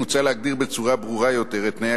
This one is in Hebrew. מוצע להגדיר בצורה ברורה יותר את תנאי